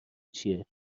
چیه